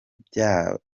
byayo